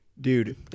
Dude